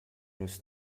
nus